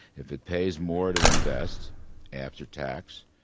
if it pays more to invest after tax,